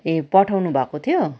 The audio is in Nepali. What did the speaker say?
ए पठाउनु भएको थियो